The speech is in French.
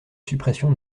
suppression